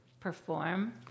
perform